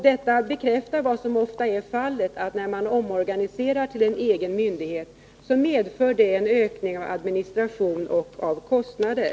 Detta bekräftar att när man omorganiserar ett organ till egen myndighet, så medför det ofta en ökning av administration och kostnader.